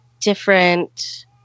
different